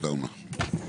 בבקשה.